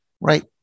Right